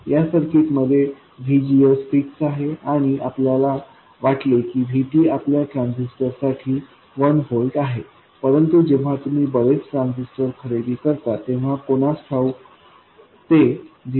या सर्किटमध्ये VGS fix आहे आणि आपल्याला वाटले की VT आपल्या ट्रान्झिस्टर साठी 1 व्होल्ट आहे परंतु जेव्हा तुम्ही बरेच ट्रांजिस्टर खरेदी करता तेव्हा कोणास ठाऊक ते 0